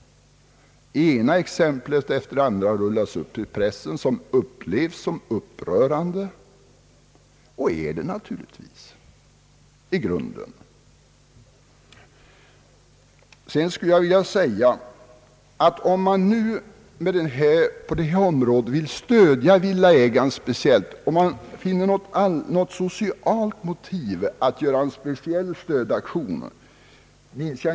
I pressen har också rullats upp det ena exemplet efter det andra, som av allmänheten upplevts som upprörande, och som naturligtvis också i grunden är det. Minns jag rätt ville man en gång i tiden befordra egnahemsbyggandet. Åtminstone på 1930-talet förekom sådana tongångar.